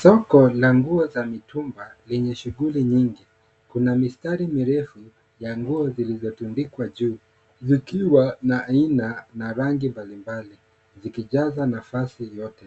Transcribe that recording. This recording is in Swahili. Soko la nguo za mitumba, lenye shughuli nyingi. Kuna mistari mirefu ya nguo zilizotundikwa juu, vikiwa na aina na rangi mbalimbali, zikijaza nafasi yote.